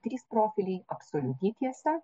trys profiliai absoliuti tiesa